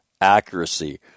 accuracy